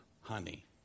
honey